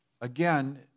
again